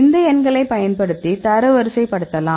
அந்த எண்களைப் பயன்படுத்தி தரவரிசைப்படுத்தலாம்